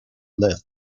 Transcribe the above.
left